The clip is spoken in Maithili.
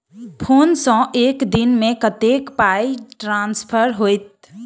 फोन सँ एक दिनमे कतेक पाई ट्रान्सफर होइत?